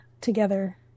together